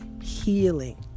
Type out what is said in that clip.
healing